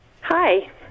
Hi